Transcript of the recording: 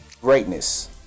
Greatness